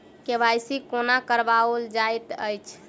KYC कोना कराओल जाइत अछि?